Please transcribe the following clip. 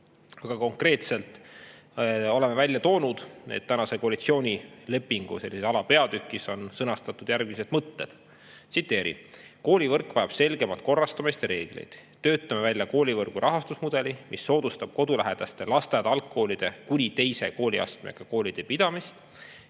Aga konkreetselt oleme välja toonud, et koalitsioonilepingu alapeatükis on sõnastatud järgmised mõtted, tsiteerin: "Koolivõrk vajab selgemat korrastamist ja reegleid. Töötame välja koolivõrgu rahastusmudeli, mis soodustab kodulähedaste lasteaed-algkoolide kuni teise kooliastmega koolide pidamist.